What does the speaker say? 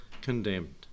condemned